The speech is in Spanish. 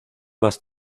más